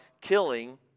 killing